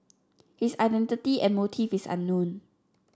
his identity and motive is unknown